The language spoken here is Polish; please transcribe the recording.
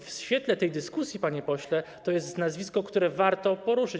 W świetle tej dyskusji, panie pośle, to jest nazwisko, które warto poruszyć.